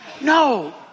No